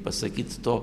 pasakyt to